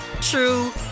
true